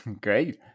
Great